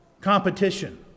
Competition